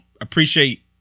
appreciate